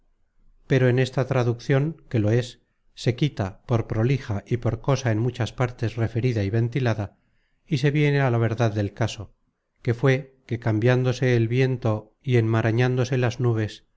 pero en esta traducion que lo es se quita por prolija y por cosa en muchas partes referida y ventilada y se viene a la verdad del caso que fué que cambiándose el viento y enmarañándose las nubes